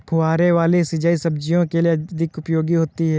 फुहारे वाली सिंचाई सब्जियों के लिए अधिक उपयोगी होती है?